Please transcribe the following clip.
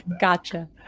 gotcha